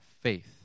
faith